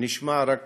נשמע רק כעת,